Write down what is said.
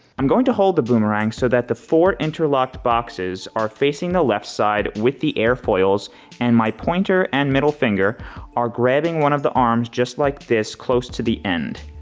i'm going to hold the boomerang so that the four interlocked boxes are facing the left side with the air foils and my pointer and middle finger are grabbing one of the arms just like this close to the end.